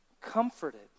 comforted